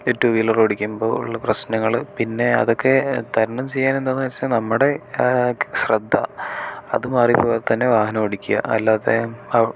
ഈ two wheeler ഓടിക്കുമ്പോൾ ഉള്ള പ്രശനങ്ങൾ പിന്നെ അതൊക്കെ തരണം ചെയ്യാൻ എന്താ വെച്ചാൽ നമ്മുടെ ശ്രദ്ധ അത് മാറിപ്പോകാതെത്തന്നെ വാഹനം ഓടിക്കുക അല്ലാതെ അവ്